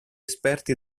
esperti